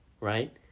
right